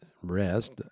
rest